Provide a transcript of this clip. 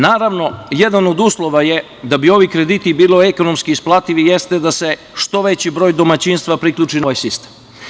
Naravno, jedan od uslova je da bi ovi krediti bili ekonomski isplativi jeste da se što veći broj domaćinstva priključi na ovaj sistem.